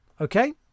okay